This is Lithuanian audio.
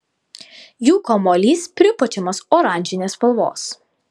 jų kamuolys pripučiamas oranžinės spalvos